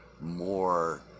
more